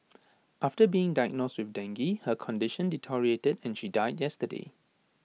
after being diagnosed with dengue her condition deteriorated and she died yesterday